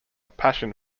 passion